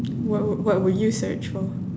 what would what would you search for